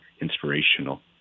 inspirational